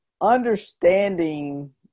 understanding